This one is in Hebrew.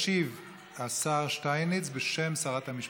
ישיב השר שטייניץ בשם שרת המשפטים.